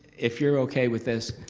if you're okay with this.